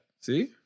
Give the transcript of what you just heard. See